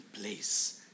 place